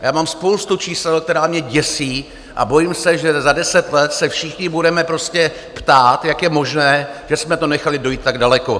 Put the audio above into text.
A já mám spoustu čísel, která mě děsí, a bojím se, že za deset let se všichni budeme ptát, jak je možné, že jsme to nechali dojít tak daleko.